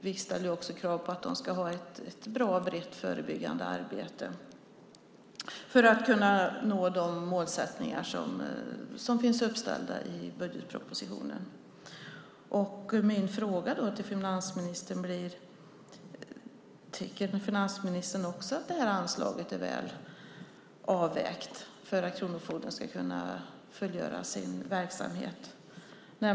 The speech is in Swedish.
Vi ställer också krav på att de ska ha ett bra, brett förebyggande arbete för att kunna nå de målsättningar som finns uppställda i budgetpropositionen. Min fråga till finansministern blir: Tycker finansministern också att det här anslaget är väl avvägt för att kronofogden ska kunna fullgöra sin verksamhet?